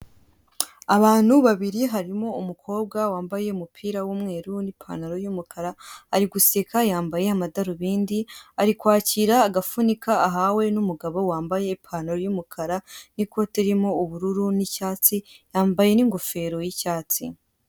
Abantu babiri harimo umukobwa wambaye umupira w'umweru n'ipantaro y'umukara, ari guseka, yambaye amadarubindi, ari kwakira agafunika ahawe n'umugabo wambaye ipantaro y'umukara n'ikote ririmo ubururu n'icyatsi, yambaye n'ingofero y'icyatsi.